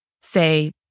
say